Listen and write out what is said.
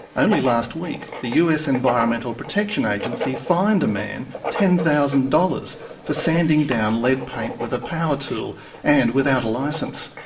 only last week the us environmental protection agency fined a man ten thousand dollars for sanding down lead paint with a power tool and without a licence.